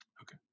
Okay